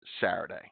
Saturday